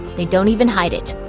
they don't even hide it.